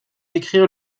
écrire